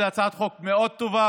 זאת הצעת חוק מאוד טובה.